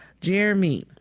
Jeremy